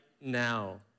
now